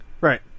Right